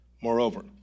Moreover